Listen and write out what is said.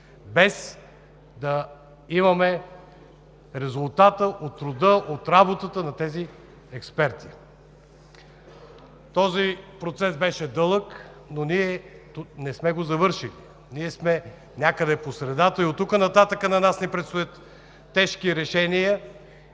без да имаме резултата от труда, от работата на тези експерти. Този процес беше дълъг, но ние не сме го завършили, ние сме някъде по средата и оттук нататък на нас ни предстоят тежки решения,